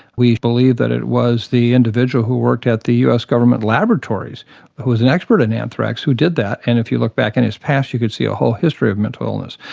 we believe that it was the individual who worked at to the us government laboratories who was an expert in anthrax who did that. and if you look back in his past you could see a whole history of mental illness.